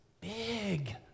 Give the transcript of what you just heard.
big